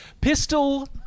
Pistol